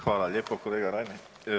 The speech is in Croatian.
Hvala lijepo kolega Reiner.